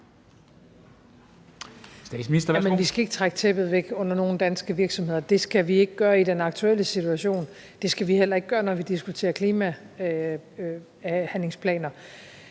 vi skal ikke trække tæppet væk under nogen danske virksomheder. Det skal vi ikke gøre i den aktuelle situation, det skal vi heller ikke gøre, når vi diskuterer klimahandlingsplaner.